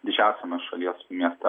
didžiausiame šalies mieste